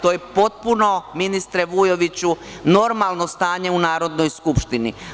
To je potpuno, ministre Vujoviću, normalno stanje u Narodnoj skupštini.